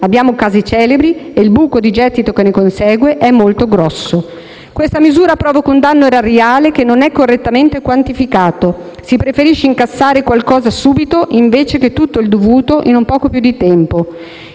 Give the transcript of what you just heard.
Abbiamo casi celebri e il buco di gettito che ne consegue è enorme. Questa misura provoca un danno erariale che non è correttamente quantificato. Si preferisce incassare qualcosa subito invece che tutto il dovuto in un poco più di tempo.